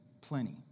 plenty